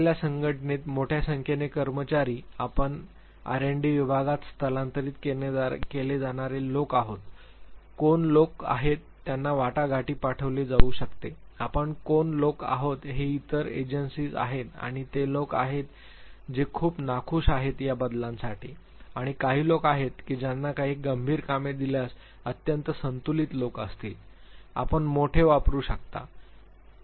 दिलेल्या संघटनेत मोठ्या संख्येने कर्मचारी आपण आरएनडी विभागात स्थानांतरित केले जाणारे लोक कोण आहेत कोण लोक आहेत ज्यांना वाटाघाटी पाठविली जाऊ शकते अशा लोक कोण आहेत हे इतर एजन्सीज आहेत आणि ते लोक आहेत जे खूप नाखूष आहेत या बदलांसाठी अशी काही लोकं आहेत की ज्यांना काही गंभीर कामे दिल्यास अत्यंत संतुलित लोक असतील आपण मोठे वापरू शकता Very